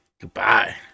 Goodbye